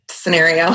scenario